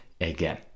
again